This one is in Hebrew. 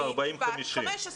על הבסיס הזה,